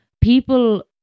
people